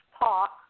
talk